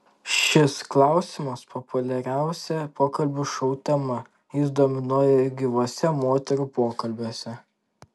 šis klausimas populiariausia pokalbių šou tema jis dominuoja ir gyvuose moterų pokalbiuose